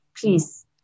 please